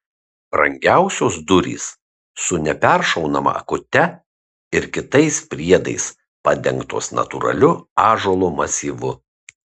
brangiausios durys su neperšaunama akute ir kitais priedais padengtos natūraliu ąžuolo masyvu